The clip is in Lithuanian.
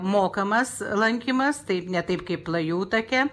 mokamas lankymas taip ne taip kaip lajų take